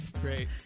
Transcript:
Great